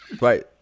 Right